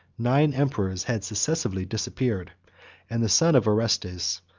nine emperors had successively disappeared and the son of orestes,